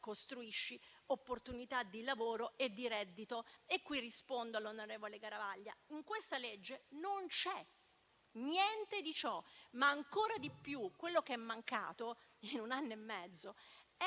costruiscono opportunità di lavoro e di reddito. Qui rispondo al senatore Garavaglia: in questa legge non c'è niente di ciò, ma ancora di più quello che è mancato in un anno e mezzo